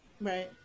right